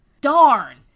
Darn